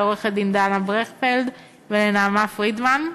לעורכת-הדין דנה ברכפלד ולנעמה פרידמן,